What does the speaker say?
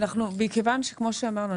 כמו שאמרתי,